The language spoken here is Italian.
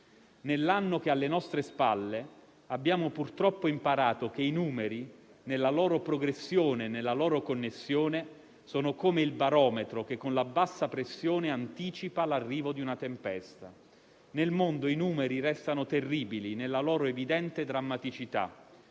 Nell'anno che è alle nostre spalle abbiamo, purtroppo, imparato che i numeri, nella loro progressione e connessione, sono come il barometro che, con la bassa pressione, anticipa l'arrivo di una nuova tempesta. Nel mondo i numeri restano terribili nella loro evidente drammaticità: